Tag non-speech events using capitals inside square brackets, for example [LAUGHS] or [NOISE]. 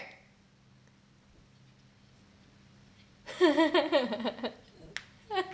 [LAUGHS]